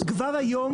כבר היום,